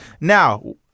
Now